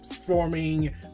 Forming